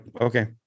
okay